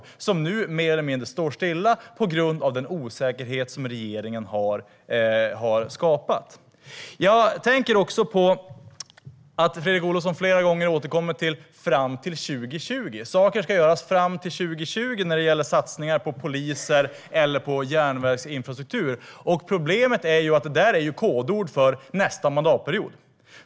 Nu står den mer eller mindre stilla, på grund av den osäkerhet som regeringen har skapat. Fredrik Olovsson återkom också flera gånger till att saker ska göras fram till 2020. Satsningar på poliser eller järnvägsinfrastruktur ska göras fram till 2020. Det är ju kodord för nästa mandatperiod.